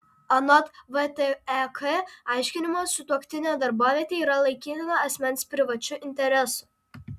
anot vtek aiškinimo sutuoktinio darbovietė yra laikytina asmens privačiu interesu